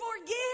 forgive